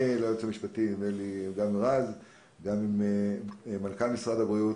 ליועץ המשפטי וגם עם מנכ"ל משרד הבריאות